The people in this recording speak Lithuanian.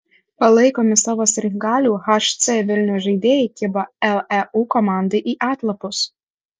palaikomi savo sirgalių hc vilniaus žaidėjai kibo leu komandai į atlapus